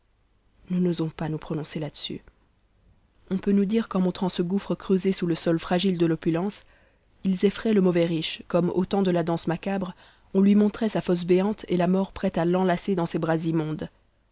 nous n'osons pas nous prononcer là-dessus on peut nous dire qu'en montrant ce gouffre creusé sous le sol fragile de l'opulence ils effraient le mauvais riche comme au temps de la danse macabre on lui montrait sa fosse béante et la mort prête à l'enlacer dans ses bras immondes